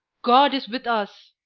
god is with us!